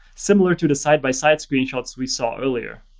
similar to the side-by-side screenshots we saw earlier.